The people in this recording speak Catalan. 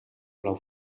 blau